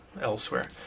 elsewhere